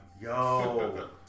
Yo